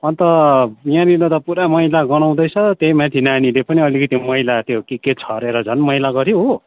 अन्त यहाँनिर त पुरा मैला गनाउँदैछ त्यहीमाथि नानीले पनि अलिकति मैला त्यो के के छरेर झन् मैला गऱ्यो हो